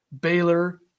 Baylor